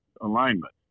alignment